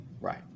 Right